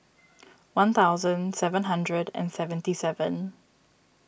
one thousand seven hundred and seventy seven